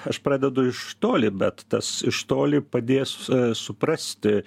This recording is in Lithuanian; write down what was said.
aš pradedu iš toli bet tas iš toli padės suprasti